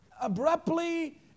abruptly